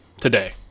today